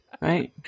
Right